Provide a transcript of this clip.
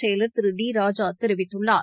செயலர் திரு டி ராஜா தெரிவித்துள்ளார்